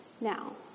Now